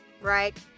right